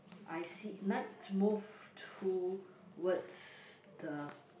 I see let's move towards the